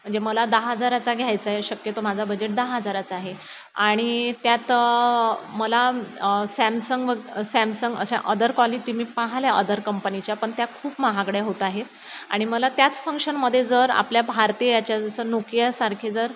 म्हणजे मला दहा हजाराचा घ्यायचा आहे शक्यतो माझा बजेट दहा हजाराचा आहे आणि त्यात मला सॅमसंग व सॅमसंग अशा अदर कॉलिटी मी पाहिल्या अदर कंपनीच्या पण त्या खूप महागड्या होत आहेत आणि मला त्याच फंक्शनमध्ये जर आपल्या भारतीयाच्या जसं नोकियासारखे जर